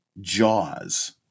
jaws